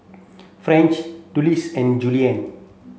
French Dulcie and Jillian